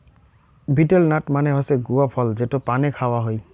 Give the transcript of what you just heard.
betel nut মানে হসে গুয়া ফল যেটো পানে খাওয়া হই